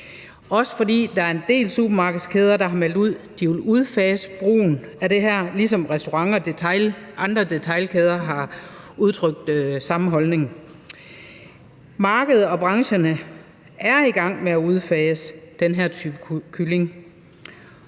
også fordi der er en del supermarkedskæder, der har meldt ud, at de vil udfase brugen af det her, ligesom restauranter og andre detailkæder har udtrykt den samme holdning. Markedet og brancherne er i gang med at udfase den her type kylling,